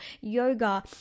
yoga